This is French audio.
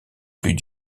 plus